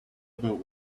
about